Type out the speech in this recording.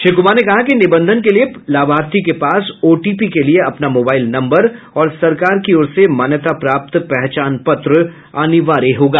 श्री कुमार ने कहा कि निबंधन के लिये लाभार्थी के पास ओटीपी के लिये अपना मोबाईल नम्बर और सरकार की ओर से मान्यता प्राप्त पहचान पत्र अनिवार्य होगा